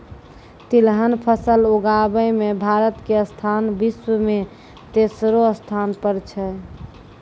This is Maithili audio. तिलहन फसल उगाबै मॅ भारत के स्थान विश्व मॅ तेसरो स्थान पर छै